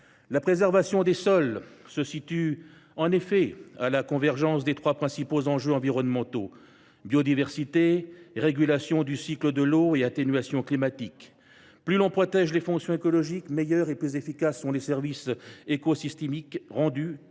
La préservation des sols se situe en effet à la convergence des trois principaux enjeux environnementaux : biodiversité, régulation du cycle de l’eau et atténuation climatique. Plus l’on protège les fonctions écologiques, meilleurs et plus efficaces sont les services écosystémiques rendus, tout en